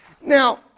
Now